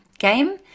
game